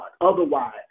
Otherwise